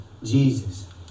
Jesus